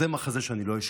זה מחזה שאני לא אשכח.